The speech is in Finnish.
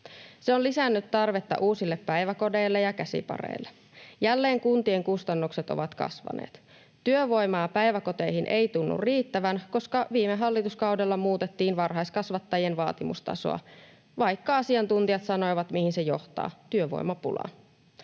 Se on lisännyt tarvetta uusille päiväkodeille ja käsipareille. Jälleen kuntien kustannukset ovat kasvaneet. Työvoimaa päiväkoteihin ei tunnu riittävän, koska viime hallituskaudella muutettiin varhaiskasvattajien vaatimustasoa, vaikka asiantuntijat sanoivat, mihin se johtaa: työvoimapulaan.